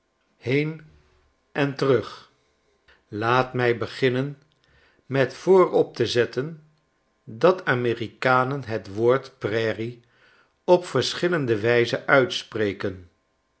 heen en terug laat mij beginnen met voorop te zetten dat amerikanen net woord prairie op verschillende wijzen uitspreken